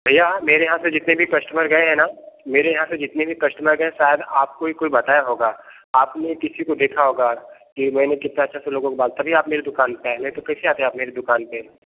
भैया मेरे यहाँ से जितने भी कस्टमर गए है ना मेरे यहाँ से जितने भी कस्टमर गए शायद आपको भी कोई बताया होगा आपने किसी को देखा होगा कि मैंने कितना अच्छा से लोगों के बाल तभी आप मेरी दुकान पर आए नहीं तो कैसे आते आप मेरी दुकान पर